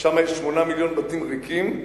שם יש 8 מיליוני בתים ריקים.